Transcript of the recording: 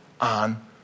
on